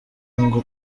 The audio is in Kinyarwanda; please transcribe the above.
ngo